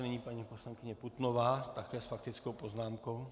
Nyní paní poslankyně Putnová také s faktickou poznámkou.